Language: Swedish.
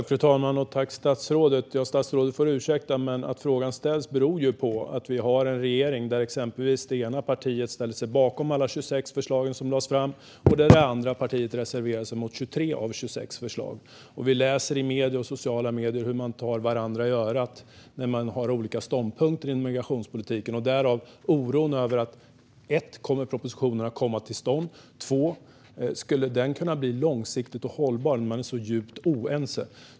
Fru talman! Statsrådet får ursäkta, men att frågan ställs beror på att vi har en regering där det ena partiet ställer sig bakom alla 26 förslag som lades fram medan det andra partiet reserverar sig mot 23 av 26 förslag. Vi läser i medier och på sociala medier hur man tar varandra i örat när man har olika ståndpunkter inom migrationspolitiken, och därav oron för om propositionen kommer att komma till stånd och om den kan bli långsiktigt hållbar när man är så djupt oense.